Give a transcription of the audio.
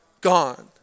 Gone